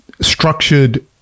structured